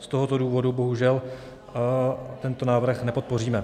Z tohoto důvodu bohužel tento návrh nepodpoříme.